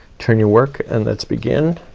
turn your work and let's begin